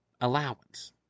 allowance